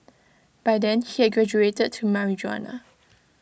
by then he had graduated to marijuana